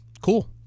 Cool